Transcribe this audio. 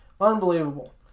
Unbelievable